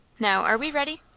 now are we ready?